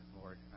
Lord